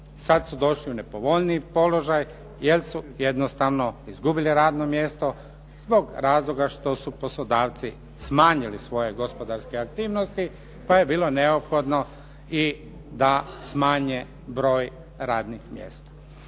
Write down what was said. sad su došli u nepovoljniji položaj jer su jednostavno izgubili radno mjesto zbog razloga što su poslodavci smanjili svoje gospodarske aktivnosti pa je bilo neophodno da smanje broj radnih mjesta.